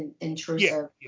intrusive